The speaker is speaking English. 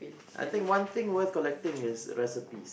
I think one thing worth collecting is recipes